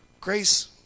Grace